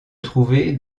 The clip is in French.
trouver